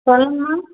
சொல்லுங்கம்மா